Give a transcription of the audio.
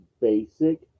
basic